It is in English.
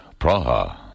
Praha